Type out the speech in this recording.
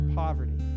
poverty